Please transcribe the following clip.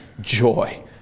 joy